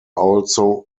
also